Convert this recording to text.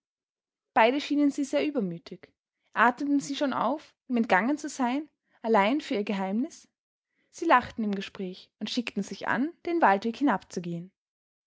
beide schienen sie sehr übermütig atmeten sie schon auf ihm entgangen zu sein allein für ihr geheimnis sie lachten im gespräch und schickten sich an den waldweg